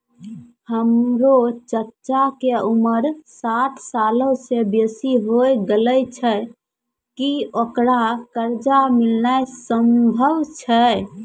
हमरो चच्चा के उमर साठ सालो से बेसी होय गेलो छै, कि ओकरा कर्जा मिलनाय सम्भव छै?